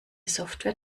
software